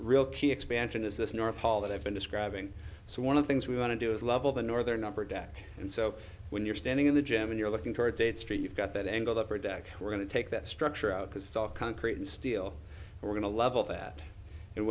this nor paul that i've been describing so one of things we want to do is level the northern upper deck and so when you're standing in the gym and you're looking towards a street you've got that angled upper deck we're going to take that structure out because it's all concrete and steel we're going to level that